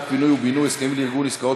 התחדשות עירונית (הסכמים לארגון עסקאות),